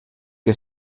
que